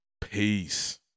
Peace